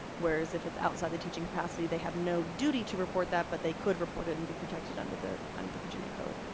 whereas if it's outside the teaching capacity they have no duty to report that, but they could report it and be protected under the under the virginia code.